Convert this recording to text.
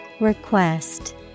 Request